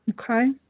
Okay